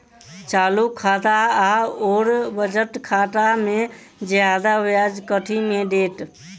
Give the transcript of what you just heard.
चालू खाता आओर बचत खातामे जियादा ब्याज कथी मे दैत?